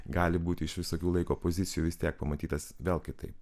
gali būti iš visokių laiko pozicijų vis tiek pamatytas vėl kitaip